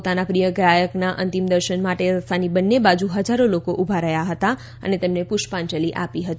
પોતાના પ્રિય ગાયકના અંતિમ દર્શન માટે રસ્તાની બંને બાજુ હજારો લોકો ઉભા રહ્યા હતા અને તેમને પુષ્પાંજલિ આપી હતી